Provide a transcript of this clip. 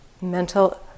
mental